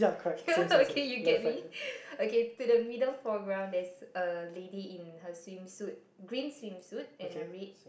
okay you get me okay to the middle foreground there's a lady in her swimsuit green swimsuit and a red